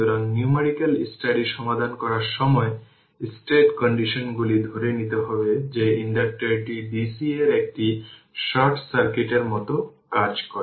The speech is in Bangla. সুতরাং নিউমারিকাল স্টাডি সমাধান করার সময় স্টেট কন্ডিশন গুলিকে ধরে নিতে হবে যে ইন্ডাক্টরটি dc এর একটি শর্ট সার্কিটের মতো কাজ করে